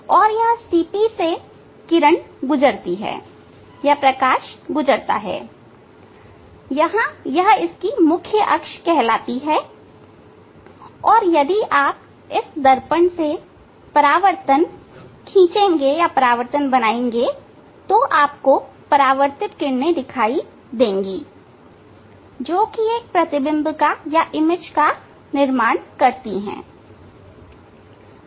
और यह CP से किरण गुजरती है यहां इसकी मुख्य अक्ष कहलाती है और यदि आप इस दर्पण से परावर्तन खींचोगे तो आप को परावर्तित किरणें दिखाई देंगी जो एक प्रतिबिंब को निर्मित करती है